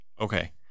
Okay